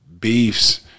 beefs